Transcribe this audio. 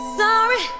sorry